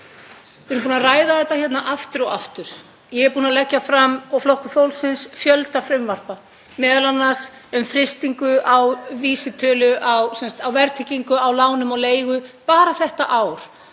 Við erum búin að ræða þetta hér aftur og aftur. Ég er búin að leggja fram, og Flokkur fólksins, fjölda frumvarpa, m.a. um frystingu á vísitölu á verðtryggingu á lánum og leigu bara þetta ár.